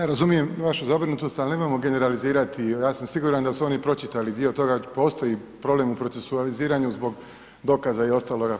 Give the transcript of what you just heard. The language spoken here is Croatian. Ja razumijem vašu zabrinutost ali nemojmo generalizirati, ja sam siguran da su oni pročitali dio toga, postoji problem u procesualiziranju zbog dokaza i ostaloga.